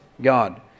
God